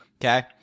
Okay